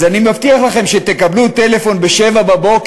אז אני מבטיח לכם שתקבלו טלפון ב-07:00.